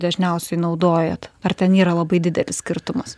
dažniausiai naudojat ar ten yra labai didelis skirtumas